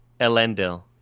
Elendil